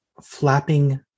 flapping